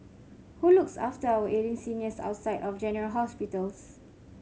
who looks after our ailing seniors outside of general hospitals